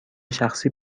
شخصی